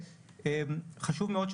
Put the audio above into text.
חשוב מאוד,